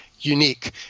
unique